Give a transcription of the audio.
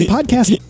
Podcast